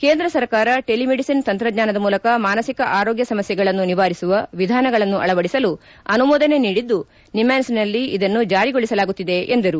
ಕೇಂದ್ರ ಸರ್ಕಾರ ಟೆಲಿಮೆಡಿಸನ್ ತಂತ್ರಜ್ಞಾನದ ಮೂಲಕ ಮಾನಸಿಕ ಆರೋಗ್ಯ ಸಮಸ್ಯೆಗಳನ್ನು ನಿವಾರಿಸುವ ವಿಧಾನಗಳನ್ನು ಅಳವಡಿಸಲು ಅನುಮೋದನೆ ನೀಡಿದ್ದು ನಿಮಾನ್ಸ್ನಲ್ಲಿ ಇದನ್ನು ಜಾರಿಗೊಳಿಸಲಾಗುತ್ತಿದೆ ಎಂದರು